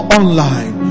online